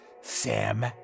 Sam